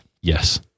Yes